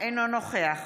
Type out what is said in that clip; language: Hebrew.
אינו נוכח